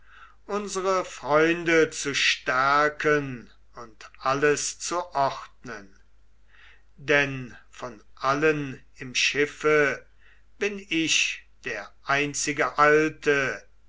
unsere freunde zu stärken und alles zu ordnen denn von allen im schiffe bin ich der einzige alte